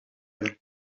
you